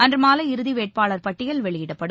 அன்று மாலை இறுதி வேட்பாளர் பட்டியல் வெளியிடப்படும்